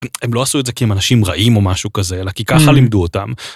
הם לא עשו את זה כי הם אנשים רעים או משהו כזה אלה כי ככה לימדו אותם.